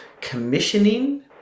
commissioning